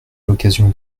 l’occasion